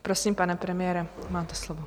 Prosím, pane premiére, máte slovo.